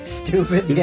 stupid